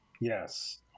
yes